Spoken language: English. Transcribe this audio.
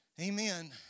Amen